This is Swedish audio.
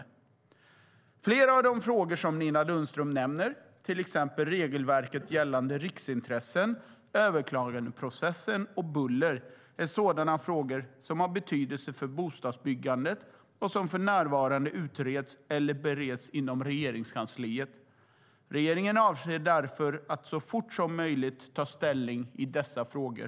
Flera av de frågor som Nina Lundström nämner, till exempel regelverket gällande riksintressen, överklagandeprocessen och buller, är sådana frågor som har betydelse för bostadsbyggandet och som för närvarande utreds eller bereds inom Regeringskansliet. Regeringen avser därför att så fort som möjligt ta ställning i dessa frågor.